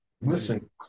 Listen